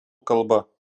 kalba